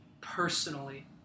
personally